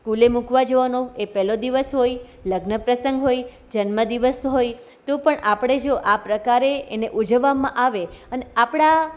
સ્કૂલે મૂકવા જવાનો એ પહેલો દિવસ હોય લગ્નપ્રસંગ હોય જન્મદિવસ હોય તો પણ આપણે જો આ પ્રકારે એને ઉજવવામાં આવે અને આપણા